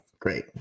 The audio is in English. Great